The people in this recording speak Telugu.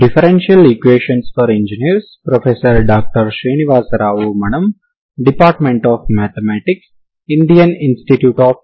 గత వీడియోలో మనం తరంగ సమీకరణాన్ని ఎలా పరిష్కరించాలో చూశాము